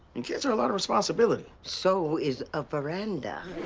and kids are a lot of responsibility. so is a veranda.